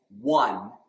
one